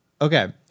Okay